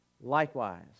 likewise